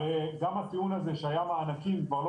הרי גם הטיעון הזה שהיו מענקים כבר לא